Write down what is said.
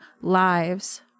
lives